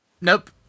Nope